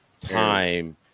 time